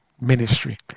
ministry